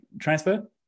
transfer